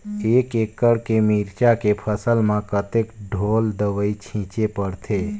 एक एकड़ के मिरचा के फसल म कतेक ढोल दवई छीचे पड़थे?